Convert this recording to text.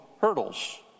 hurdles